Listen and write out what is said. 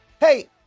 Hey